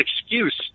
excuse